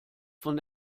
von